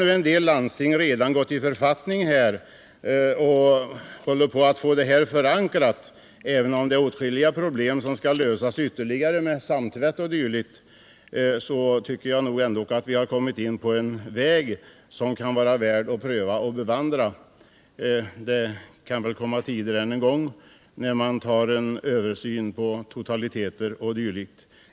När en del landsting redan har gått i författning om att överta huvudmannaskapet, även om åtskilliga problem återstår att lösa — samtvätt o.d. — så tycker jag att vi har kommit in på en väg som är värd att pröva och bevandra. Det kan väl komma tider då man gör en total översyn.